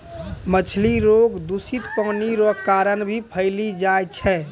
मछली रोग दूषित पानी रो कारण भी फैली जाय छै